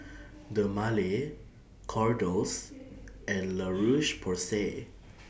Dermale Kordel's and La Roche Porsay